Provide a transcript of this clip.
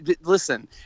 listen